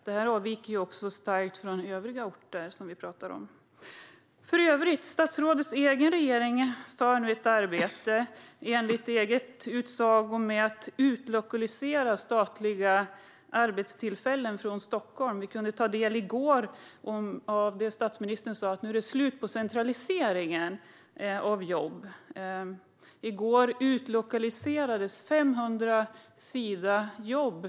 Detta avviker också starkt från övriga orter som vi pratar om. För övrigt bedriver statsrådets regering nu, enligt egen utsago, ett arbete med att utlokalisera statliga arbetstillfällen från Stockholm. Vi kunde i går ta del av det statsministern sa: Nu är det slut på centraliseringen av jobb. I går utlokaliserades 500 Sidajobb.